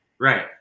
right